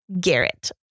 Garrett